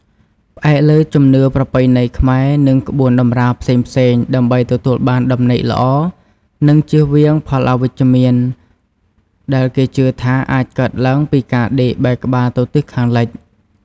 ផ្អែកលើជំនឿប្រពៃណីខ្មែរ និងក្បួនតម្រាផ្សេងៗ ដើម្បីទទួលបានដំណេកល្អ និងជៀសវាងផលអវិជ្ជមានដែលគេជឿថាអាចកើតឡើងពីការដេកបែរក្បាលទៅទិសខាងលិច។